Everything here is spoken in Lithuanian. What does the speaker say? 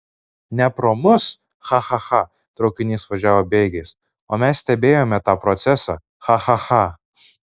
ne pro mus cha cha cha traukinys važiavo bėgiais o mes stebėjome tą procesą cha cha cha